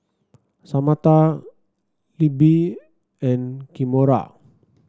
Samatha Libby and Kimora